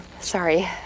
Sorry